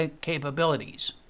capabilities